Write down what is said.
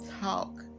talk